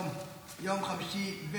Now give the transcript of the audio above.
היום יום חמישי,